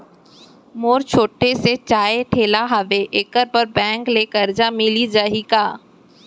मोर छोटे से चाय ठेला हावे एखर बर बैंक ले करजा मिलिस जाही का?